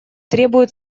требует